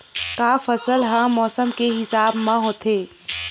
का फसल ह मौसम के हिसाब म होथे?